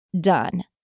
done